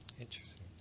Interesting